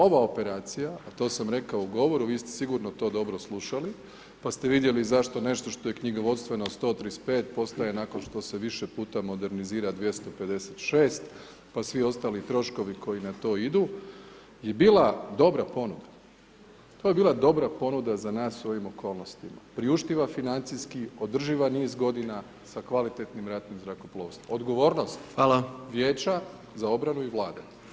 Ova operacija, a to sam rekao u govoru, vi ste sigurno to dobro slušali, pa ste vidjeli zašto nešto što je knjigovodstveno 135 postaje nakon što se više puta modernizira 256, pa svi ostali troškovi koji na to idu, je bila dobra ponuda, to je bila dobra ponuda za nas u ovim okolnostima, priuštiva financijski, održiva niz godina sa kvalitetnim ratnim zrakoplovstvom, odgovornost [[Upadica: Hvala]] vijeća za obranu i Vlade.